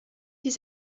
his